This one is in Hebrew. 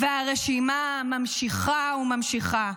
והרשימה ממשיכה וממשיכה.